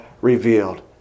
revealed